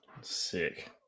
Sick